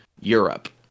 Europe